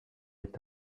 est